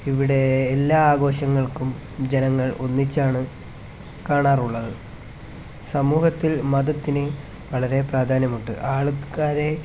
ഇവിടെ എല്ലാ ആഘോഷങ്ങള്ക്കും ജനങ്ങള് ഒന്നിച്ചാണ് കാണാറുള്ളത് സമൂഹത്തില് മതത്തിനു വളരെ പ്രാധാന്യമുണ്ട് ആള്ക്കാരെ